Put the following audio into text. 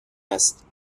است